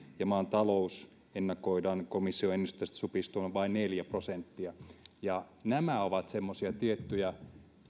ja maan talouden ennakoidaan komission ennusteissa supistuvan vain neljä prosenttia ja nämä ovat semmoisia tiettyjä